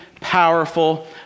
powerful